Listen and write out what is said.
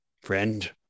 friend